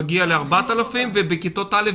מגיע ל-4,000 ובכיתות א',